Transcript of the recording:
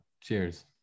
Cheers